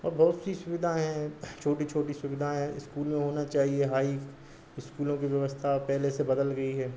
और बहुत सी सुविधाएं हैं छोटी छोटी सुविधाएं हैं स्कूल में होना चाहिए हाई स्कूलों की व्यवस्था पहले से बदल गई हैं